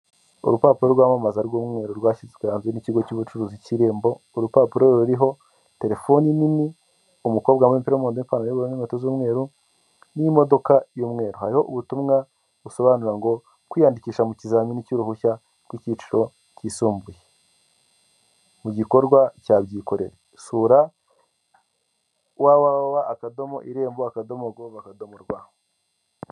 urupapuro rwamamaza rw'umweru rwashyizwe hanze n'ikigo cy'ubucuruzi cy'irembo, urupapuro ruriho terefone nini, umukobwa wambaye umupira w'umuhondo n'ipantaro y'ubururu n'inkweto z'umweru n'imodoka y'umweru, hariho ubutumwa busobanura ngo kwiyandikisha mu kizamini cy'uruhushya rw'icyiciro kisumbuye, mu gikorwa cya byikoreye sura www irembo akadomo govu akadomo rw.